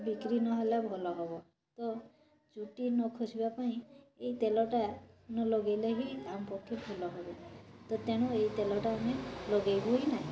ବିକ୍ରି ନହେଲା ଭଲହେବ ତ ଚୁଟି ନଖସିବା ପାଇଁ ଏଇ ତେଲଟା ନଲଗେଇଲେ ହିଁ ଆମପକ୍ଷେ ଭଲହେବ ତ ତେଣୁ ଏଇ ତେଲଟା ହି ଲଗେଇବୁ ହି ନାହିଁ